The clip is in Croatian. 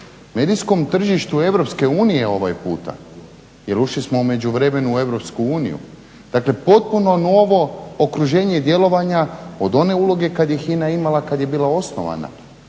Medijskom tržištu EU ovaj puta jer ušli smo u međuvremenu u EU. Dakle potpuno novo okruženje djelovanja od one uloge kada je HINA imala kada je bila osnovana